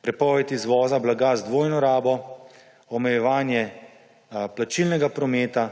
prepoved izvoza blaga z dvojno rabo, omejevanje plačilnega prometa,